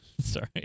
Sorry